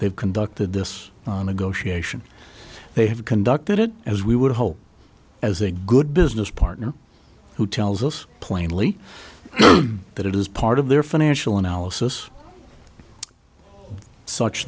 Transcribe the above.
they've conducted this on a go she ation they have conducted it as we would hope as a good business partner who tells us plainly that it is part of their financial analysis such